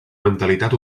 mentalitat